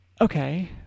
Okay